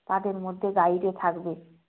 তাদের মধ্যে গাইডে থাকবে